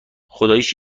خداییش